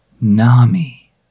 Nami